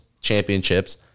championships